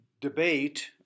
debate